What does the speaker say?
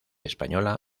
española